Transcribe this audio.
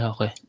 Okay